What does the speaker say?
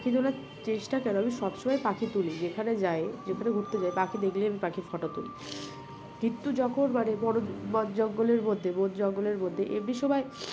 পাখি তোলার চেষ্টা কেন আমি সবসময় পাখি তুলি যেখানে যাই যেখানে ঘুরতে যাই পাখি দেখলেই আমি পাখি ফটো তুলি যখন মানে বড় বণ জঙ্গলের মধ্যে বণ জঙ্গলের মধ্যে এমনি সবাই